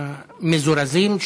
המזורזים,